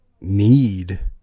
need